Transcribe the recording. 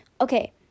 Okay